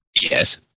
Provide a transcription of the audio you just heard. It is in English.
yes